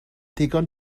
ddigon